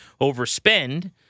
overspend